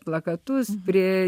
plakatus prie